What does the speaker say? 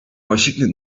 washington